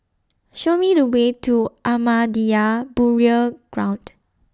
Show Me The Way to Ahmadiyya Burial Ground